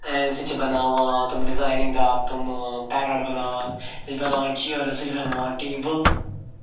and سُہ چھِ بَناوان تِم ڈِزاینِنٛگ دار تِم پیرٮ۪ٹ بَناوان بیٚیہِ چھِ بَناوان چِیٲرٕس سُہ چھِ بَناوان ٹیبٕل